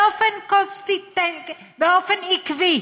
באופן קונטיסנטי, באופן עקבי,